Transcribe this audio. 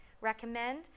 recommend